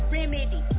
Remedy